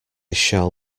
shall